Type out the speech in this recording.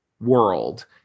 world